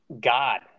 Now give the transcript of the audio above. god